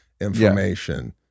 information